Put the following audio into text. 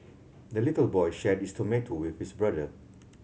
the little boy shared his tomato with his brother